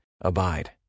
Abide